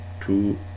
two